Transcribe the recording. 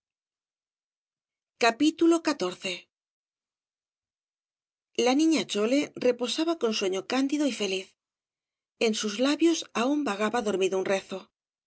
bradomin a niña chol e reposaba con sueño candido y feliz en sus labios aún vagaba dormido un rezo